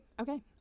okay